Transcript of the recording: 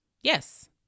Yes